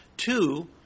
Two